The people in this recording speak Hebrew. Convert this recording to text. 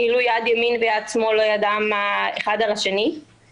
כאילו יד ימין לא יודעת מה עושה יד שמאל.